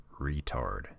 retard